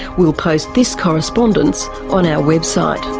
we'll post this correspondence on our website.